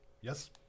yes